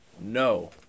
No